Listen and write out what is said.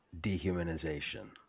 dehumanization